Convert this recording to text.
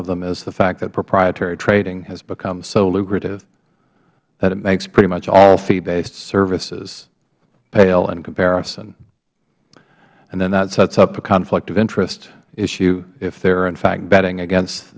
of them is the fact that proprietary trading has become so lucrative that it makes pretty much all feebased services pale in comparison and then that sets up a conflict of interest issue if they're in fact betting against